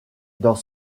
dans